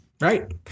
Right